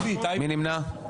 מי נמנע?